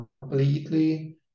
completely